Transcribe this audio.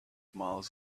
miles